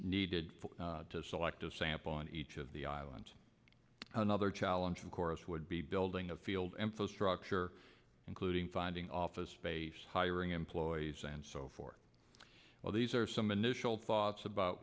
needed to select a sample on each of the islands another challenge of course would be building a field and post your including finding office space hiring employees and so forth well these are some initial thoughts about